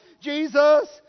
Jesus